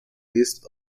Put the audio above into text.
list